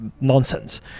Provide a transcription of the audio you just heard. nonsense